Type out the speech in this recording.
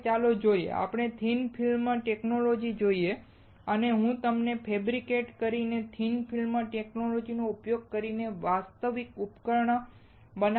હવે ચાલો જોઈએ ચાલો થીક ફિલ્મ ટેક્નૉલોજિ જોઈએ અને હું તમને ફૅબ્રિકેટ કરેલી થિન ફિલ્મ ટેક્નૉલોજિ નો ઉપયોગ કરીને વાસ્તવિક ઉપકરણ બતાવવાનો પ્રયત્ન કરીશ